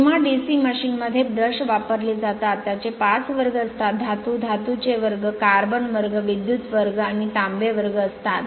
तेव्हा DC machine मध्ये brush वापरली जातात त्याचे 5 वर्ग असतात धातू धातूचे वर्ग कार्बन वर्ग विद्युत वर्ग आणि तांबे वर्ग असतात